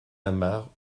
amarres